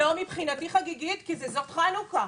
מבחינתי היא חגיגית כי זה חנוכה.